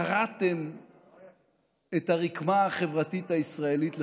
קרעתם את הרקמה החברתית הישראלית לחתיכות.